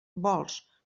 vols